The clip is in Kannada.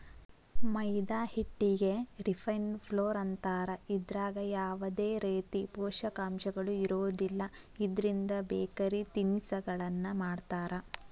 ಮೈದಾ ಹಿಟ್ಟಿಗೆ ರಿಫೈನ್ಡ್ ಫ್ಲೋರ್ ಅಂತಾರ, ಇದ್ರಾಗ ಯಾವದೇ ರೇತಿ ಪೋಷಕಾಂಶಗಳು ಇರೋದಿಲ್ಲ, ಇದ್ರಿಂದ ಬೇಕರಿ ತಿನಿಸಗಳನ್ನ ಮಾಡ್ತಾರ